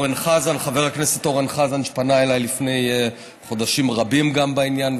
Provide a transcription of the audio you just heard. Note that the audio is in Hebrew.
גם חבר הכנסת אורן חזן פנה אליי לפני חודשים רבים בעניין,